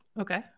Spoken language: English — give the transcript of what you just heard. Okay